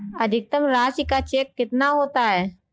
अधिकतम राशि का चेक कितना होता है?